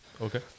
Okay